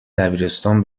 دبیرستان